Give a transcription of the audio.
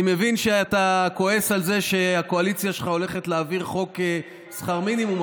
אני מבין שאתה כועס על זה שהקואליציה שלך הולכת להעביר חוק שכר מינימום,